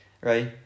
right